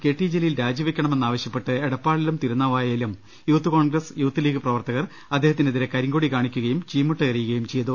K T Jaleel രാജിവെക്കണമെന്ന് ആവശ്യപ്പെട്ട് എടപ്പാളിലും തിരുന്നാവായയിലും യൂത്ത് കോൺഗ്രസ് യൂത്ത് ലീഗ് പ്രവർത്തകർ അദ്ദേഹത്തിനെതിരെ കരിങ്കൊടി കാണിക്കുകയും ചീമുട്ടയെറിയുകയും ചെയ്തു